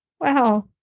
Wow